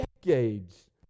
decades